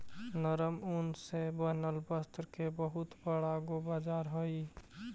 नरम ऊन से बनल वस्त्र के बहुत बड़ा गो बाजार हई